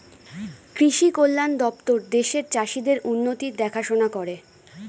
কৃষি কল্যাণ দপ্তর দেশের চাষীদের উন্নতির দেখাশোনা করে